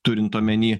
turint omeny